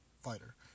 fighter